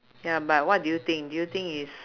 ya but what do you think do you think it's